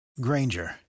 Granger